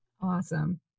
Awesome